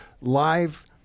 live